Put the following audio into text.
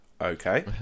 Okay